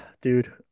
dude